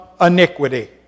iniquity